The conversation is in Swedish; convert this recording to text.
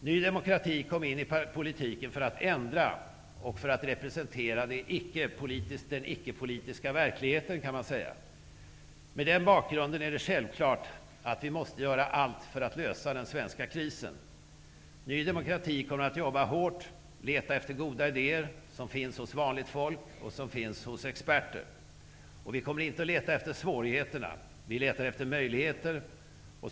Ny demokrati kom in i politiken för att ändra och för att representera den icke-politiska verkligheten, kan man säga. Med den bakgrunden är det självklart att vi måste göra allt för att lösa den svenska krisen. Ny demokrati kommer att jobba hårt och leta efter goda idéer, som finns hos vanligt folk och hos experter. Vi kommer inte att leta efter svårigheterna. Vi letar efter möjligheter.